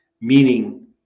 Meaning